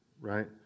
right